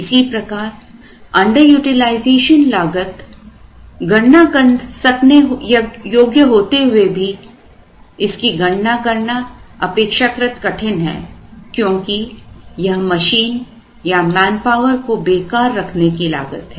इसी प्रकार under utilisation लागत गणना कर सकने योग्य होते हुए भी इसकी गणना अपेक्षाकृत कठिन है क्योंकि यह मशीन या मैनपावर को बेकार रखने की लागत है